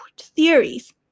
theories